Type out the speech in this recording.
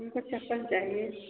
मे को चप्पल चाहिए